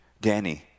Danny